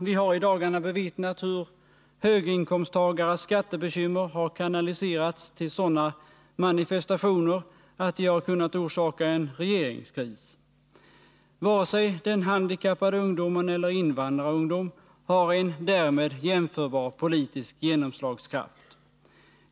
Vi har i dagarna bevittnat hur höginkomsttagares skattebekymmer har kanaliserats till sådana manifestationer att de har kunnat orsaka en regeringskris. Varken den handikappade ungdomen eller invandrarungdom har en därmed jämförbar politisk genomslagskraft.